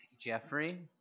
Jeffrey